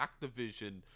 Activision